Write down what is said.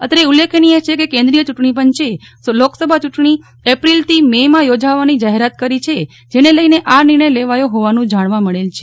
અત્રે ઉલ્લેખનીય છે કે કેન્દ્રીય ચુંટણીપંચે લોકસભા ચુંટણી એપ્રિલ થી મે માં યોજાવાની જાહેરાત કરી છે જેને લઈને આ નિર્ણય લેવાયો ફોવાનું જાણવા મળેલ છે